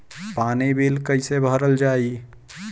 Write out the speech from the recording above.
पानी बिल कइसे भरल जाई?